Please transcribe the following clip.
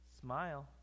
smile